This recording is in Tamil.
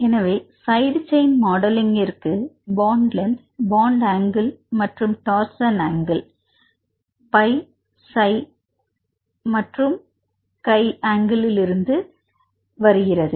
எனவே சைடு செயின் மாடலிங்கிற்கு பாண்ட் லென்த் பாண்ட் அங்கிள் மற்றும் டோர்ஸ்ன் அங்கிள் பை Pi மற்றும் சை Si ஏனெனில் இது முக்கியமாக பிரதான சங்கிலி மற்றும் கைChi அங்கிள் இருந்து வருகிறது